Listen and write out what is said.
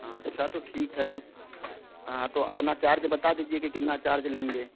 हाँ तो अच्छा तो ठीक है तो हाँ तो अपना चार्ज बता दीजिए कि कितना चार्ज लेंगे